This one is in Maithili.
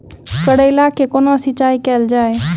करैला केँ कोना सिचाई कैल जाइ?